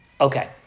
Okay